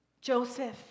Joseph